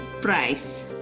Price